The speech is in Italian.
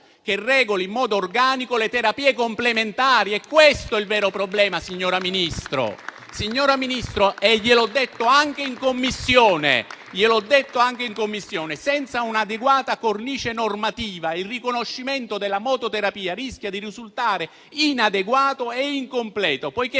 che regoli in modo organico le terapie complementari. È questo il vero problema, signor Ministro, e gliel'ho detto anche in Commissione. Senza un'adeguata cornice normativa, il riconoscimento della mototerapia rischia di risultare inadeguato e incompleto, poiché